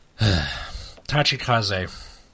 Tachikaze